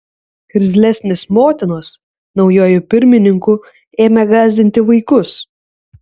irzlesnės motinos naujuoju pirmininku ėmė gąsdinti vaikus